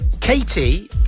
Katie